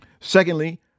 Secondly